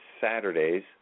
Saturdays